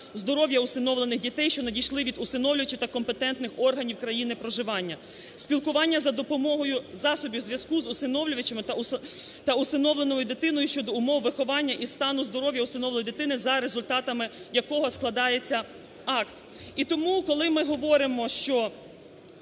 здоров'я усиновлених дітей, що надійшли від усиновлювачів та компетентних органів країни проживання. Спілкування за допомогою засобів зв'язку з усиновлювачами та усиновленою дитиною щодо умов виховання і стану здоров'я усиновленої дитини за результатами якого складається акт. І тому коли ми говоримо, що…